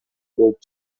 болуп